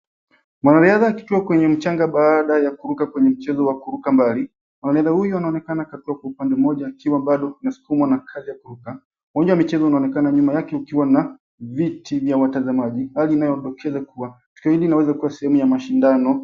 Mwanariadha akitua kwenye mchanga baada ya kuruka kwenye mchezo wa kuruka mbali. Mwanariadha huyu anaonekana akiwa katua kwa upande mmoja akiwa bado anasukumwa na kasi ya kuruka. Uwanja wa michezo unaonekana nyuma yake ukiwa na viti vya watazamaji hali inayodokeza kua tukio hili linaweza kua sehemu ya mashindano.